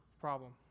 problem